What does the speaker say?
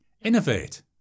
Innovate